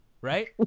Right